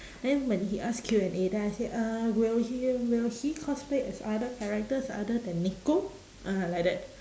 then when he ask Q and A then I say uh will he will he cosplay as other characters other than neko ah like that